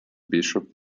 bishop